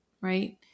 right